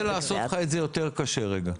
אני רוצה לעשות לך את זה יותר קשה רגע.